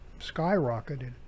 skyrocketed